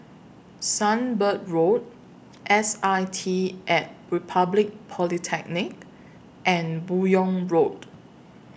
Sunbird Road S I T At Republic Polytechnic and Buyong Road